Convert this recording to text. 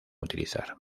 utilizar